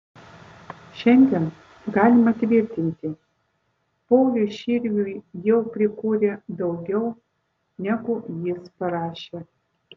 šiandien galima tvirtinti pauliui širviui jau prikūrė daugiau negu jis parašė